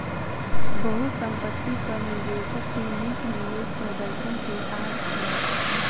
बहुसंपत्ति पर निवेशक के नीक निवेश प्रदर्शन के आस छल